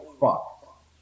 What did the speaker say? fuck